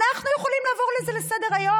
אנחנו יכולים לעבור על זה לסדר-היום?